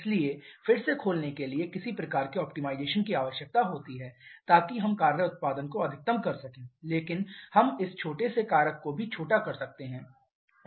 इसलिए फिर से खोलने के लिए किसी प्रकार के ऑप्टिमाइजेशन की आवश्यकता होती है ताकि हम कार्य उप्तादन को अधिकतम कर सकें लेकिन हम इस छोटे से कारक को भी छोटा कर सकते हैं